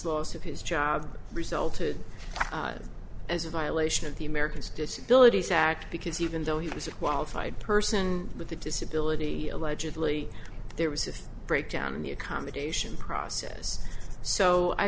loss of his job resulted as a violation of the americans disabilities act because even though he was a qualified person with a disability allegedly there was a breakdown in the accommodation process so i